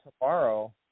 tomorrow